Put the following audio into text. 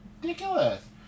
Ridiculous